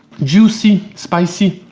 juicy, spicy,